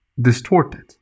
distorted